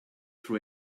for